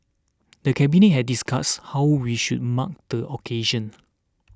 the cabinet had discussed how we should mark the occasion